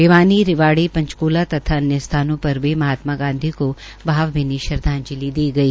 भिवानी रेवाड़ी पंचक़ला तथा अन्य स्थानों पर भी महात्मा गांधी को भावभीनी श्रदवाजंलि दी गई